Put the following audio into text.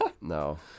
No